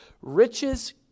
Riches